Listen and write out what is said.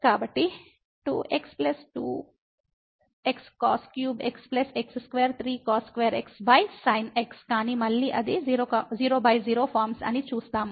కాబట్టి 2x2xcos3x x2 3cos2xsin xకానీ మళ్ళీ అది 00 ఫార్మ్స్ అని చూస్తాము